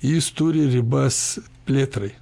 jis turi ribas plėtrai